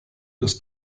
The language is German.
des